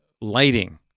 lighting